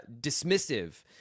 dismissive